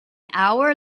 hour